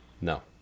No